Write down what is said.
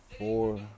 Four